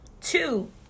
two